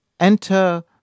Enter